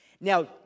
Now